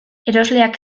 erosleak